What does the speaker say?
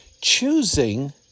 choosing